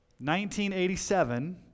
1987